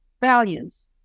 values